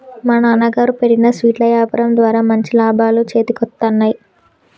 మా నాన్నగారు పెట్టిన స్వీట్ల యాపారం ద్వారా మంచి లాభాలు చేతికొత్తన్నయ్